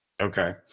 Okay